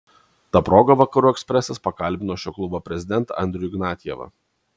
ta proga vakarų ekspresas pakalbino šio klubo prezidentą andrių ignatjevą